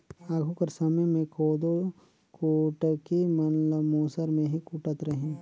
आघु कर समे मे कोदो कुटकी मन ल मूसर मे ही कूटत रहिन